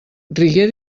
reggae